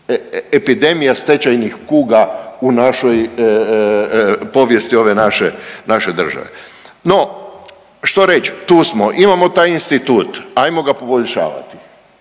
epidemija stečajnih kuga u našoj, povijesti ove naše, naše države. No što reć, tu smo, imamo taj institut, ajmo ga poboljšavati.